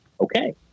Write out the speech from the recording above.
Okay